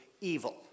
evil